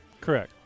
Correct